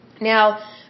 Now